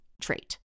trait